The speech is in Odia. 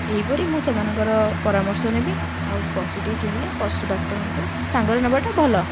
ଏହିପରି ମୁଁ ସେମାନଙ୍କର ପରାମର୍ଶ ନେବି ଆଉ ପଶୁଟି କିଣିଲେ ପଶୁ ଡାକ୍ତରଙ୍କୁ ସାଙ୍ଗରେ ନେବାଟା ଭଲ